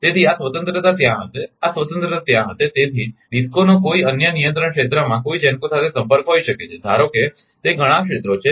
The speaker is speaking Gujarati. તેથી આ સ્વતંત્રતા ત્યાં હશે આ સ્વતંત્રતા ત્યાં હશે તેથી જ ડિસ્કોનો કોઈ અન્ય નિયંત્રણ ક્ષેત્રમાં કોઈ GENCO સાથે સંપર્ક હોઈ શકે છે ધારો કે તે ઘણા ક્ષેત્રો છે